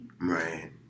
Right